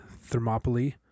Thermopylae